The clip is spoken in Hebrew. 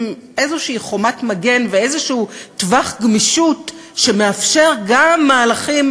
איזושהי חומת מגן ואיזשהו טווח גמישות שמאפשר גם מהלכים